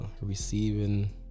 Receiving